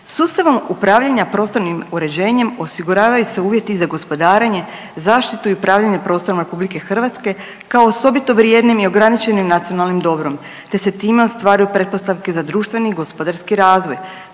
Sustavom upravljanja prostornim uređenjem osiguravaju se uvjeti za gospodarenje, zaštitu i upravljanje prostorom Republike Hrvatske kao osobito vrijednim i ograničenim nacionalnim dobrom, te se time ostvaruju pretpostavke za društveni i gospodarski razvoj,